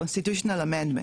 constitutional amendment,